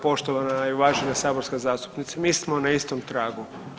Poštovana i uvažena saborska zastupnice, mi smo na istom tragu.